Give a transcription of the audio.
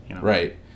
Right